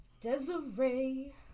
Desiree